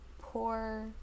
poor